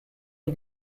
les